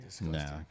no